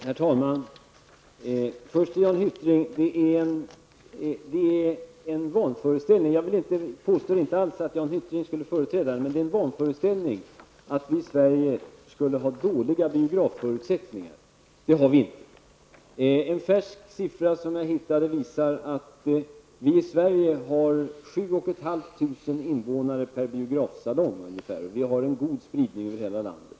Herr talman! Jag vill först säga följande till Jan Hyttring. Det är en vanföreställning -- men jag påstår inte alls att Jan Hyttring skulle företräda den -- att vi i Sverige skulle ha dåliga biografförutsättningar. Det har vi inte. En färsk siffra som jag hittade visar att vi i Sverige har ungefär 7 500 invånare per biografsalong och vi har en god spridning över hela landet.